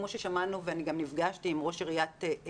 כמו ששמענו, ואני גם נפגשתי עם ראש עיריית אילת,